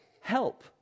Help